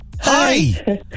Hi